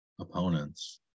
opponents